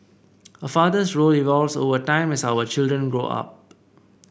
a father's role evolves over time as our children grow up